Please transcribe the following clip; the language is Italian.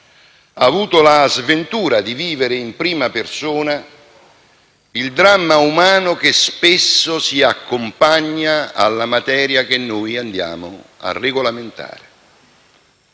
ha avuto la sventura di vivere in prima persona il dramma umano che spesso si accompagna alla materia che noi andiamo a regolamentare;